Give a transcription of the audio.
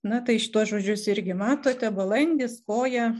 na tai šituos žodžius irgi matote balandis koja